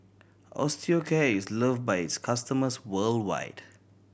Osteocare is loved by its customers worldwide